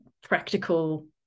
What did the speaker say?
practical